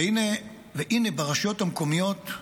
והינה, ברשויות המקומיות,